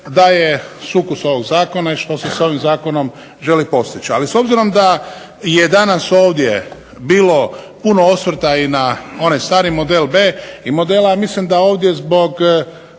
daje sukus ovog zakona i što se s ovim zakonom želi postići. Ali s obzirom da je danas ovdje bilo puno osvrta i na onaj stari model B i model A, mislim da ovdje zbog